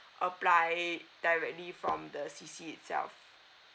apply directly from the C_C itself